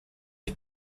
que